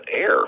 air